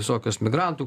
visokios migrantų